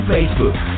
Facebook